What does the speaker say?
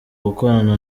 gukorana